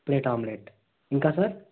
plate omelette ఇంకా sir